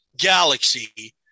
galaxy